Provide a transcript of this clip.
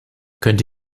könnte